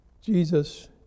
Jesus